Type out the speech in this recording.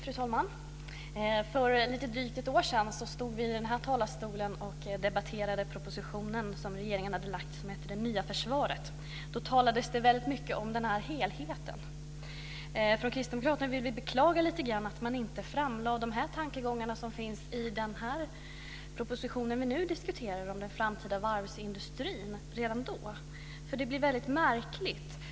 Fru talman! För lite drygt ett år sedan stod vi i den här talarstolen och debatterade den proposition, Det nya försvaret, som regeringen hade lagt fram. Då talades det väldigt mycket om denna helhet. Från kristdemokraterna vill vi lite grann beklaga att man inte framlade de tankegångar som finns i den proposition som vi nu diskuterar om den framtida varvsindustrin redan då. Det blir nämligen väldigt märkligt.